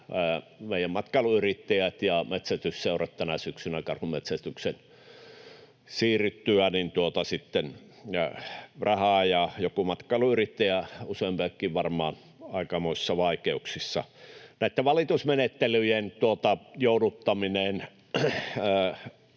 noin puoli miljoonaa menettivät rahaa tänä syksynä karhunmetsästyksen siirryttyä, ja joku matkailuyrittäjä, useampiakin varmaan, on aikamoisissa vaikeuksissa. Näitten valitusmenettelyjen jouduttaminen